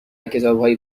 کتابهای